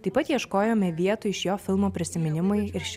taip pat ieškojome vietų iš jo filmo prisiminimai iš